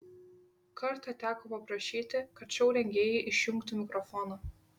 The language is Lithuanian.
kartą teko paprašyti kad šou rengėjai išjungtų mikrofoną